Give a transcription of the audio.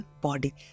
body